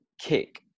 kick